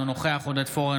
אינו נוכח עודד פורר,